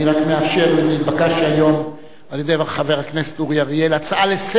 נתבקשתי היום על-ידי חבר הכנסת אורי אריאל הצעה לסדר,